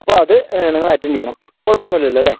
അപ്പോൾ അത് നിങ്ങള് അറ്റൻഡ് ചെയ്യണം കുഴപ്പം ഒന്നും ഇല്ലല്ലോ അല്ലെ